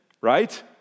Right